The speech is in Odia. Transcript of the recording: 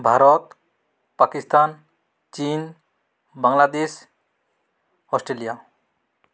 ଭାରତ ପାକିସ୍ତାନ ଚୀନ୍ ବାଂଲାଦେଶ ଅଷ୍ଟ୍ରେଲିଆ